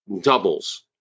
doubles